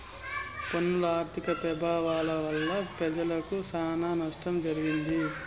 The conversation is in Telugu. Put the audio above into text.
పన్నుల ఆర్థిక పెభావాల వల్ల పెజలకి సానా నష్టం జరగతాది